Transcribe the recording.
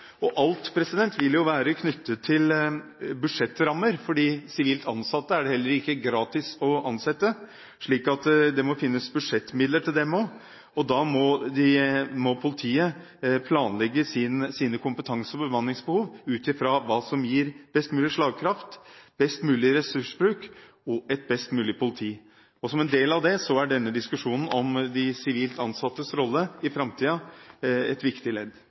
Og alt vil være knyttet til budsjettrammer, for sivilt ansatte er det heller ikke gratis å ansette. Så det må finnes budsjettmidler til dem også. Da må politiet planlegge sine kompetanse- og bemanningsbehov ut fra hva som gir best mulig slagkraft, best mulig ressursbruk og et best mulig politi. Som en del av det er denne diskusjonen om sivilt ansattes rolle i framtiden et viktig ledd.